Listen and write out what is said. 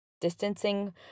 distancing